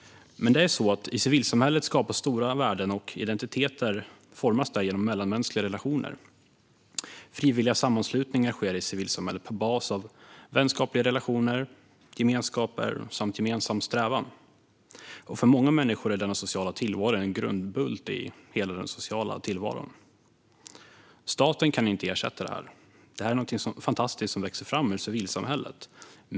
I civilsamhället skapas stora värden, och identiteter formas genom mellanmänskliga relationer. Frivilliga sammanslutningar sker i civilsamhället på bas av vänskapliga relationer, gemenskaper samt gemensam strävan. För många människor är denna sociala tillvaro en grundbult i hela den sociala tillvaron. Staten kan inte ersätta det fantastiska som kan växa fram ur civilsamhället.